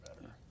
better